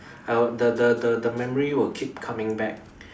the the the memory would keep coming back